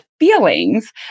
Feelings